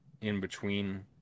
in-between